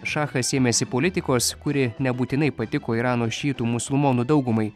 šachas ėmėsi politikos kuri nebūtinai patiko irano šiitų musulmonų daugumai